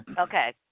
Okay